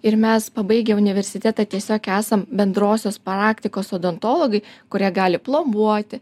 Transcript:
ir mes pabaigę universitetą tiesiog esam bendrosios praktikos odontologai kurie gali plombuoti